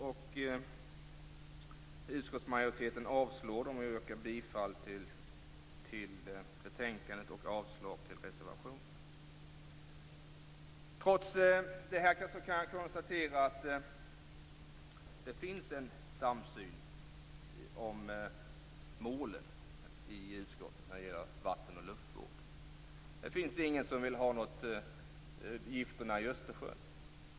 Jag yrkar avslag på reservationerna och bifall till utskottets hemställan. Trots det här kan man konstatera att det finns en samsyn i utskottet om målen när det gäller vatten och luftvård. Det finns ingen som vill ha gifterna i Östersjön.